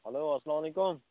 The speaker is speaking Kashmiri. ہیلو اسلامُ علیکُم